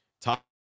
Top